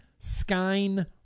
Skine